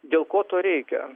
dėl ko to reikia